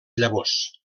llavors